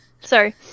Sorry